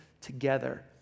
together